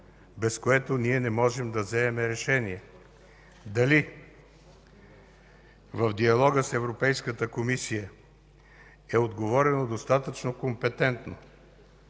без което не можем да вземем решение: дали в диалога с Европейската комисия е отговорено достатъчно компетентно,